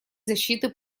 защиты